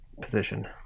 position